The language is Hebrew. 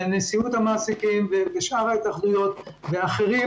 מנשיאות המעסיקים ומשאר ההתאחדויות ואחרים,